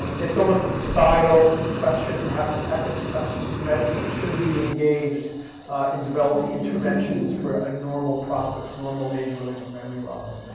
it's almost a societal question, perhaps an ethics question to medicine. should we be engaged in developing interventions for a normal process, normal age-related memory loss?